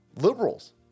liberals